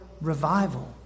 revival